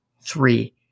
three